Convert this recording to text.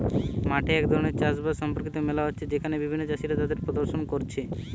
মাঠে এক ধরণের চাষ বাস সম্পর্কিত মেলা হচ্ছে যেখানে বিভিন্ন চাষীরা তাদের প্রদর্শনী কোরছে